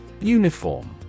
Uniform